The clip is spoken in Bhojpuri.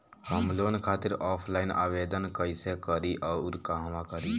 हम लोन खातिर ऑफलाइन आवेदन कइसे करि अउर कहवा करी?